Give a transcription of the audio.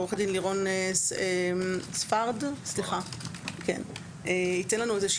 שעורך הדין לירון ספרד ייתן לנו איזושהי